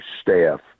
staff